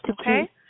okay